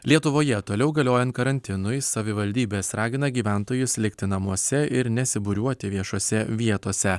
lietuvoje toliau galiojant karantinui savivaldybės ragina gyventojus likti namuose ir nesibūriuoti viešose vietose